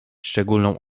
szczególną